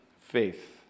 Faith